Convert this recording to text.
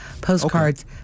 postcards